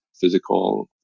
physical